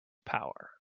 power